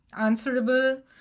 answerable